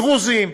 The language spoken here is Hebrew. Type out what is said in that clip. דרוזים,